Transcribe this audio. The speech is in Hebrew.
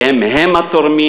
שהם הם התורמים,